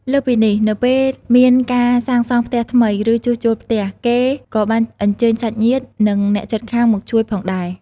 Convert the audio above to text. លើសពីនេះ នៅពេលមានការសាងសង់ផ្ទះថ្មី ឬជួសជុលផ្ទះ គេក៏បានអញ្ជើញសាច់ញាតិ និងអ្នកជិតខាងមកជួយផងដែរ។